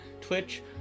twitch